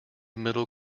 middle